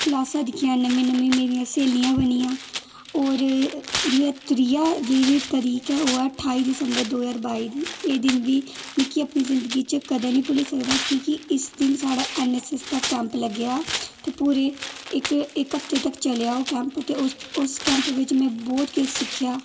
क्लासां दिखियां नमियां नमियां मेरियां स्हेलियां बनियां और जि'यां त्रीया जेह्ड़ी तरीक ऐ ओह् ऐ ठाई दिसम्बर दो ज्हार बाई दी एह् दिन बी मिकी अपनी ज़िंदगी च कदें निं भुल्ली सकदा की कि इस दिन साढ़ा ऐन्नऐस्सऐस्स दा कैम्प लग्गेआ ते पूरे इक इक हफ्ते तक्कर चलेआ ओह् कैम्प ते उस उस कैम्प च में बहुत किश सिक्खेआ